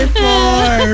four